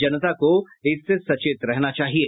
जनता को इससे सचेत रहना चाहिये